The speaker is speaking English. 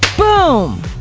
boom!